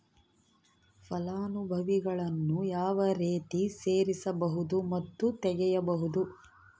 ಫಲಾನುಭವಿಗಳನ್ನು ಯಾವ ರೇತಿ ಸೇರಿಸಬಹುದು ಮತ್ತು ತೆಗೆಯಬಹುದು?